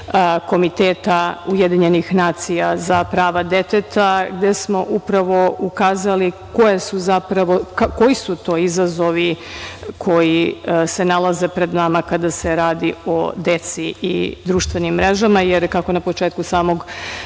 komiteta UN za prava deteta, gde smo upravo ukazali koji su to izazovi koji se nalaze pred nama kada se radi o deci i društvenim mrežama, jer kako na početku samog